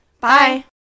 Bye